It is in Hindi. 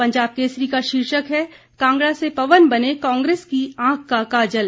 पंजाब केसरी का शीर्षक है कांगड़ा से पवन बने कांग्रेस की आंख का काजल